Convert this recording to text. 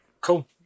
Cool